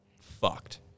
fucked